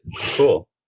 cool